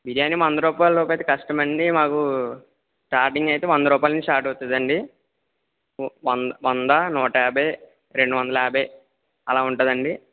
బిర్యానీ వంద రూపాయల లోపు అంటే కష్టము అండి మాకు స్టార్టింగ్ అయితే వంద రూపాయల స్టార్ట్ అవుతుంది అండి వ్ వం వంద నూటయాభై రెండు వందల యాభై అలా ఉంటుంది అండి